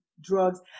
drugs